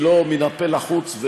היא לא מן הפה לחוץ.